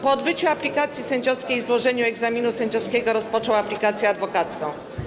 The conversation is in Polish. Po odbyciu aplikacji sędziowskiej i złożeniu egzaminu sędziowskiego rozpoczął aplikację adwokacką.